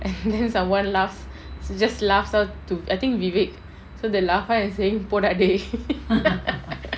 and then someone laughs just laughs out to I think vivek so the laha is saying போடா:podaa dey